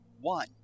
one